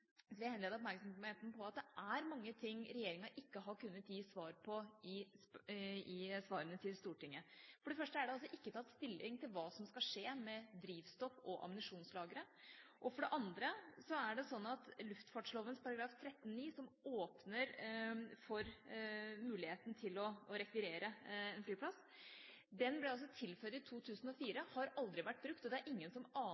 så kommer til spørsmålet om Rygge, vil jeg henlede oppmerksomheten på at det er mange ting regjeringa ikke har kunnet gi svar på til Stortinget. For det første er det ikke tatt stilling til hva som skal skje med drivstoff- og ammunisjonslageret. For det andre er det sånn at luftfartsloven § 13-9, som åpner for muligheten til å rekvirere en flyplass, ble altså tilføyd i 2004 og har aldri vært brukt. Det er ingen som